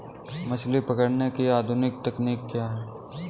मछली पकड़ने की अत्याधुनिक तकनीकी क्या है?